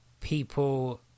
people